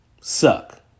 suck